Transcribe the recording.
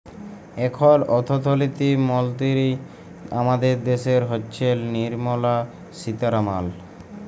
এখল অথ্থলিতি মলতিরি আমাদের দ্যাশের হচ্ছেল লির্মলা সীতারামাল